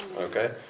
Okay